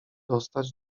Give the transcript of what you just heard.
dostać